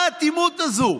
מה האטימות הזו?